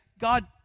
God